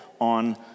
on